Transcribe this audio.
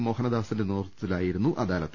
മോഹനദാസിന്റെ നേതൃത്വത്തിലായിരുന്നു അദാ ലത്ത്